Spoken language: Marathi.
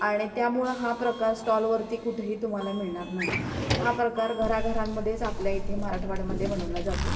आणि त्यामुळे हा प्रकार स्टॉलवरती कुठेही तुम्हाला मिळणार नाही हा प्रकार घराघरांमध्येच आपल्या इथे मराठवाड्यामध्ये बनवला जातो